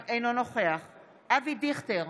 אינו נוכח אבי דיכטר,